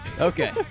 Okay